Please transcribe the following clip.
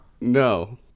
No